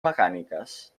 mecàniques